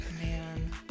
man